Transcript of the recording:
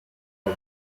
the